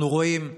אנחנו רואים,